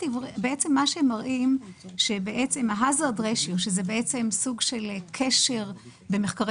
מראים ש-Hazard ratio, שזה הקשר במחקרים